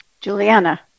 Juliana